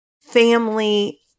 family